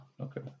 Okay